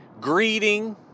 greeting